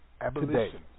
Abolition